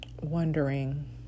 wondering